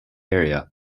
area